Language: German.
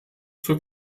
zur